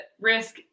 risk